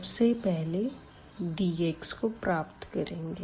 सबसे पहले dx को प्राप्त करेंगे